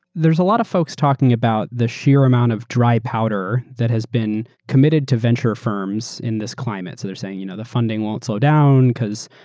there's a lot of folks talking about the sheer amount of dry powder that has been committed to venture firms in this climate. so they're saying you know the funding won't slow down because,